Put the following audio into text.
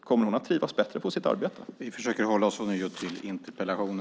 Kommer hon att trivas bättre på sitt arbete?